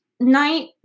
night